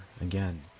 again